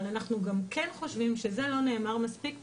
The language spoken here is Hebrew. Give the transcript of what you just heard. אבל אנחנו כן חושבים שזה לא נאמר מספיק פה,